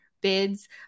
bids